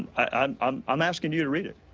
i'm um i'm asking you to read it,